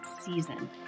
season